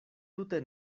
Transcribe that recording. tute